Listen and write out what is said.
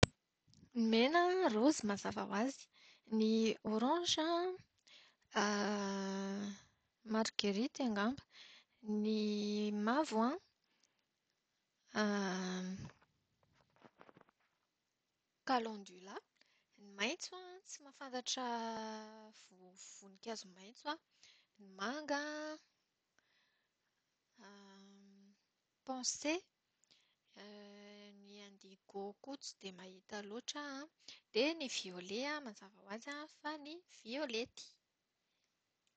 Ny mena an, raozy mazava ho azy. Ny oranza margerity angamba. Ny mavo an, kalandila. Ny maitso tsy mahafantatra voninkazo maitso aho. Ny manga an, pensée Ny indigo koa tsy dia mahita loatra aho an, dia ny violet an mazava ho azy fa ny violety.